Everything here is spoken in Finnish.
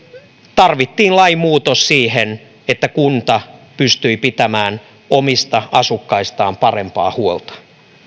tarvittiin lainmuutos siihen että kunta pystyi pitämään omista asukkaistaan parempaa huolta